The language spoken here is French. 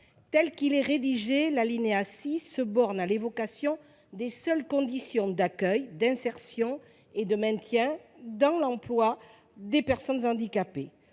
actuellement rédigé, l'alinéa 6 se borne en effet à évoquer les seules conditions d'accueil, d'insertion et de maintien dans l'emploi des personnes handicapées.